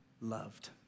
loved